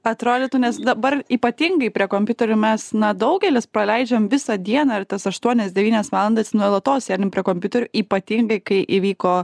atrodytų nes dabar ypatingai prie kompiuterių mes na daugelis praleidžiam visą dieną ir tas aštuonias devynias valandas nuolatos sėdim prie kompiuterių ypatingai kai įvyko